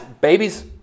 babies